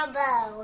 bow